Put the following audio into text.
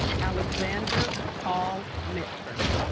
alexander paul mitford